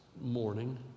morning